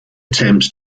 attempts